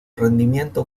rendimiento